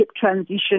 transition